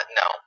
no